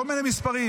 כל מיני מספרים.